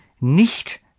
Nicht